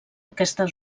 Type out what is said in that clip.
aquesta